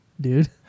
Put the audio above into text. Dude